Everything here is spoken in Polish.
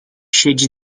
siedzi